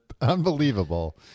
Unbelievable